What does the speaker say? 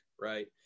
right